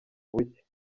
buke